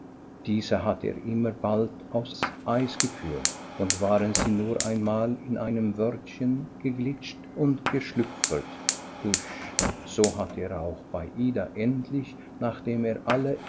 diese hatte er immer bald aufs eis geführt und waren sie nur einmal in einem wörtchen geglitscht und geschlüpfert husch so hatte er auch bei ida endlich nachdem er alle